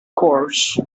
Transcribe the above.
course